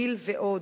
גיל ועוד.